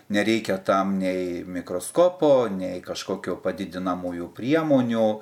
nereikia tam nei mikroskopo nei kažkokių padidinamųjų priemonių